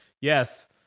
yes